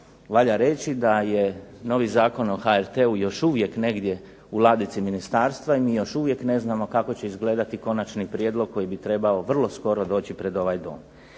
valja reći da je novi Zakon o HRT-u još uvijek negdje u ladici ministarstva i mi još uvijek ne znamo kako će izgledati konačni prijedlog koji bi trebao vrlo skoro doći pred ovaj Dom.